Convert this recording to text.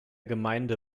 gemeinde